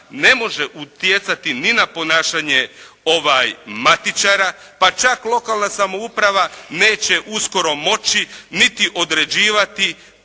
ne može utjecati ni na ponašanje matičara, pa čak lokalna samouprava neće uskoro moći niti određivati